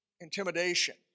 intimidation